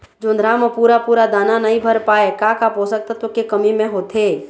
जोंधरा म पूरा पूरा दाना नई भर पाए का का पोषक तत्व के कमी मे होथे?